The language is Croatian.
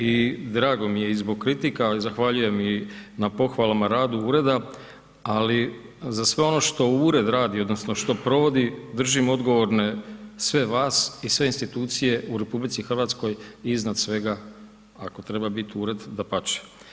I drago mi je i zbog kritika, zahvaljujem i na pohvalama radu Ureda, ali za sve ono što Ured radi, odnosno što provodi, držim odgovorne sve vas i sve institucije u RH i iznad svega ako treba biti Ured, dapače.